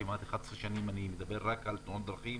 כמעט 11 שנים אני מדבר רק על תאונות דרכים